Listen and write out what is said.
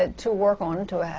ah to work on, to